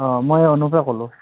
অঁ মই অনুপে ক'লোঁ